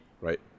Right